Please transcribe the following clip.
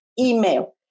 email